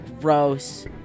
gross